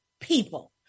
people